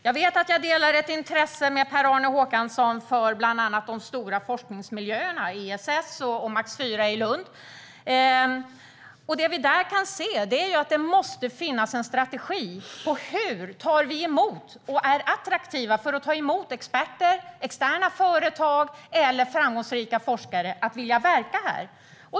Jag vet att jag delar ett intresse med Per-Arne Håkansson för bland annat de stora forskningsmiljöerna ESS och Max IV i Lund. Det vi där kan se är att det måste finnas en strategi för hur vi tar emot och är attraktiva för att ta emot experter, externa företag eller framgångsrika forskare så att de ska vilja verka här.